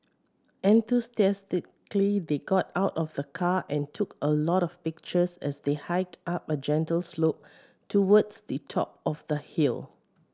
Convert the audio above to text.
enthusiastically they got out of the car and took a lot of pictures as they hiked up a gentle slope towards the top of the hill